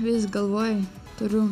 vis galvoju turiu